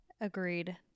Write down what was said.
Agreed